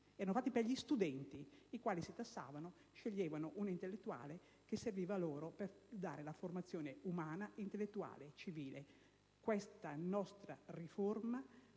studi ma per gli studenti, i quali si tassavano e sceglievano un intellettuale che serviva loro per la formazione umana, intellettuale e civile. Questa riforma